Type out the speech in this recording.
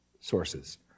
sources